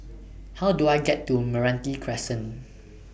How Do I get to Meranti Crescent